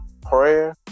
prayer